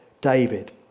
David